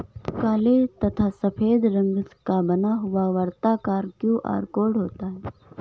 काले तथा सफेद रंग का बना हुआ वर्ताकार क्यू.आर कोड होता है